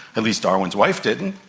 at least darwin's wife didn't.